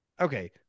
okay